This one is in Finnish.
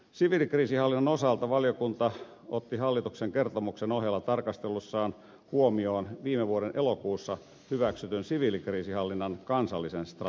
siviilikriisinhallinnan osalta valiokunta otti hallituksen kertomuksen ohella tarkastelussaan huomioon viime vuoden elokuussa hyväksytyn siviilikriisinhallinnan kansallisen strategian